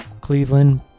Cleveland